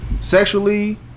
sexually